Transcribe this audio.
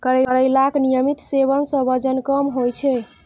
करैलाक नियमित सेवन सं वजन कम होइ छै